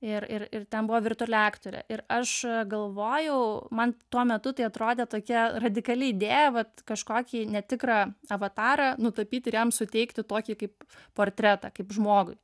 ir ir ir ten buvo virtuali aktore ir aš pagalvojau man tuo metu tai atrodė tokia radikali idėja vat kažkokį netikrą avatarą nutapyti ir jam suteikti tokį kaip portretą kaip žmogui